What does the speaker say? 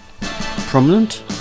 prominent